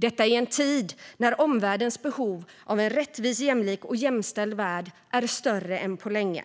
Detta i en tid när omvärldens behov av en rättvis, jämlik och jämställd värld är större än på länge.